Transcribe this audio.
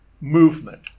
movement